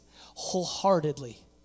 wholeheartedly